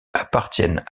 appartiennent